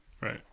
Right